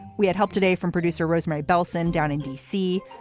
we had help today from producer rosemary bellson down in d c.